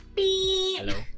hello